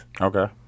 Okay